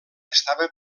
estava